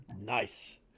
Nice